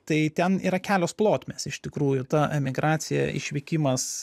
tai ten yra kelios plotmės iš tikrųjų ta emigracija išvykimas